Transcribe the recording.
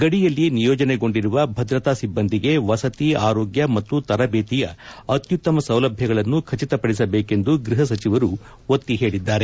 ಗಡಿಯಲ್ಲಿ ನಿಯೋಜನೆಗೊಂಡಿರುವ ಭದ್ರತಾ ಸಿಬ್ಬಂದಿಗೆ ವಸತಿ ಆರೋಗ್ಯ ಮತ್ತು ತರಬೇತಿಯ ಅತ್ಯುತ್ತಮ ಸೌಲಭ್ಯಗಳನ್ನು ಖಚಿತಪಡಿಸಬೇಕೆಂದು ಗೃಹ ಸಚಿವರು ಒತ್ತಿ ಹೇಳಿದ್ದಾರೆ